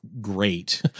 great